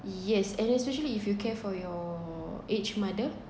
yes and especially if you care for your aged mother